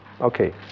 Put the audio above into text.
Okay